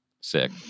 sick